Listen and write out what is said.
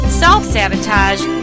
self-sabotage